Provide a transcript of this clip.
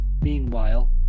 meanwhile